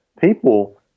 people